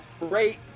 great